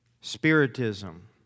Spiritism